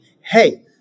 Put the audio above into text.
hey